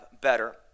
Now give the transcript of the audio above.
better